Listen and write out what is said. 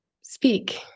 speak